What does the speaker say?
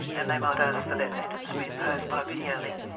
and they might ask for that sentence to be imposed by videolink.